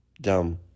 dumb